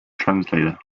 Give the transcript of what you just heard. translator